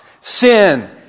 sin